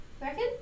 Reckon